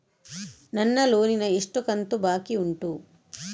ನನ್ನ ಲೋನಿನ ಎಷ್ಟು ಕಂತು ಬಾಕಿ ಉಂಟು?